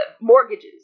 mortgages